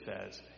says